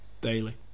daily